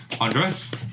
Andres